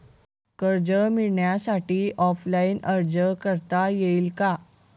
कर्ज मिळण्यासाठी ऑफलाईन अर्ज करता येईल का?